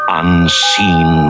unseen